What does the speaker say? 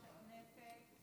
אדוני יושב-ראש הכנסת,